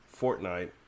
Fortnite